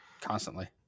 Constantly